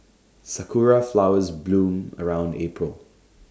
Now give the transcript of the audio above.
Sakura Flowers bloom around April